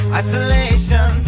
isolation